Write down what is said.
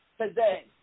today